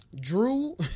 Drew